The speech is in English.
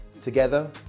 together